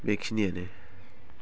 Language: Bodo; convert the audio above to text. बेखिनियानो